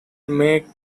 make